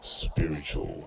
spiritual